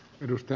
kiitos